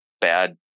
bad